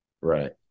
Right